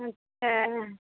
اچھا